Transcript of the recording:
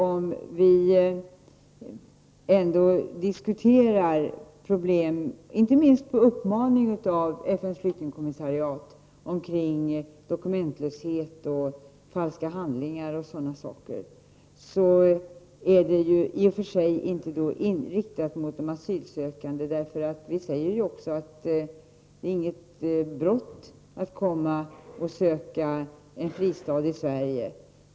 Om vi ändå diskuterar problem — inte minst på uppmaning av FNs flyktingkommissariat — rörande dokumentlöshet, falska handlingar etc., är det i och för sig inte riktat mot de asylsökande. Vi säger också att det inte är ett brott att söka fristad i Sverige.